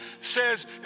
says